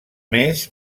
més